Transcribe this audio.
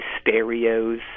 stereos